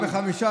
הרווחנו,